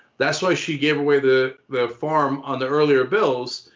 that's why she gave away the the farm on the earlier bills,